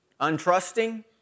untrusting